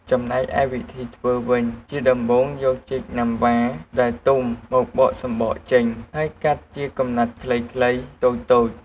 ចំណែកឯវិធីធ្វើវិញ ជាដំបូងយកចេកណាំវ៉ាដែលទុំមកបកសំបកចេញ ហើយកាត់ជាកំណាត់ខ្លីៗតូចៗ។